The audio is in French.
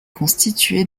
constitué